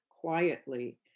quietly